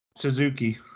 Suzuki